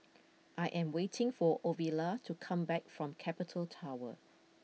I am waiting for Ovila to come back from Capital Tower